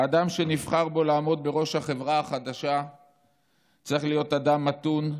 האדם שנבחר בו לעמוד בראש החברה החדשה צריך להיות אדם מתון,